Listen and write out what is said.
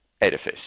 edifice